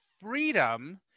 freedom